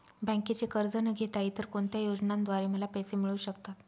बँकेचे कर्ज न घेता इतर कोणत्या योजनांद्वारे मला पैसे मिळू शकतात?